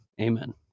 Amen